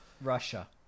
Russia